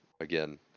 again